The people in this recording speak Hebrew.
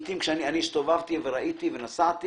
הסתובבתי וראיתי ונסעתי